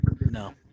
No